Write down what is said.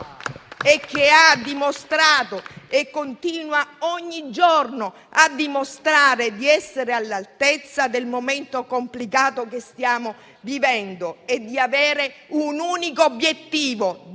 e che ha dimostrato e continua ogni giorno a dimostrare di essere all'altezza del momento complicato che stiamo vivendo e di avere un unico obiettivo: